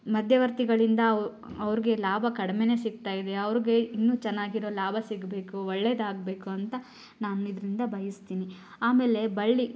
ಮಧ್ಯವರ್ತಿಗಳಿಂದ ಅವ್ರಿಗೆ ಲಾಭ ಕಡಿಮೆನೇ ಸಿಗ್ತಾಯಿದೆ ಅವ್ರಿಗೆ ಇನ್ನು ಚೆನ್ನಾಗಿರೋ ಲಾಭ ಸಿಗಬೇಕು ಒಳ್ಳೇದು ಆಗಬೇಕು ಅಂತ ನಾನಿದರಿಂದ ಬಯಸ್ತೀನಿ ಆಮೇಲೆ ಬಳ್ಳಿ